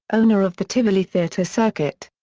owner of the tivoli theatre circuit.